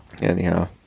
Anyhow